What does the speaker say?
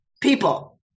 People